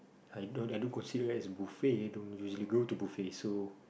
I don't I don't consider as buffet I don't usually go to buffet so